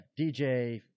DJ